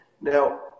Now